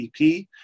EP